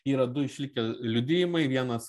yra du išlikę liudijimai vienas